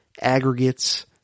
aggregates